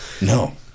No